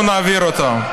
ואנחנו נעביר אותה.